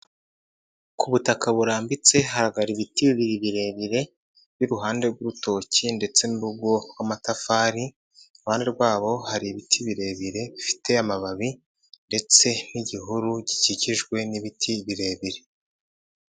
Ku butaka burambitse hagaragara ibiti bibiri birebire, biri iruhande rw'urutoki, ndetse n'urugo rw'amatafari, iruhande rwabo hari ibiti birebire bifite amababi ndetse n'igihuru gikikijwe n'ibiti birebire.